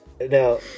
No